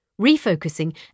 Refocusing